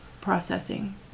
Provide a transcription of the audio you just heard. processing